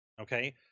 okay